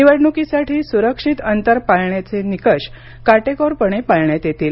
निवडणुकीसाठी सामाजिक अंतर पाळण्याचे निकष काटेकोरपणे पाळण्यात येतील